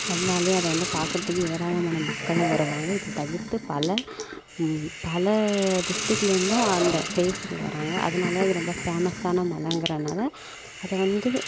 அதனாலையே அதை வந்து பார்க்கறதுக்கு ஏராளமான மக்களும் வருவாங்க இதை தவிர்த்து பல பல டிஸ்ட்ரிக்கில் இருந்தும் அந்த பிளேஸுக்கு வராங்க அதனாலையே அது ரொம்ப ஃபேமஸான மலைங்கிறனால அதை வந்து